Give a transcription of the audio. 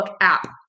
app